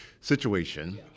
situation